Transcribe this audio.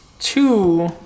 two